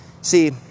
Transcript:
See